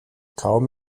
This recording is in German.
kaum